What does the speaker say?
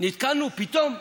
נתקלנו פתאום,